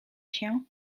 się